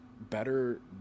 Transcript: better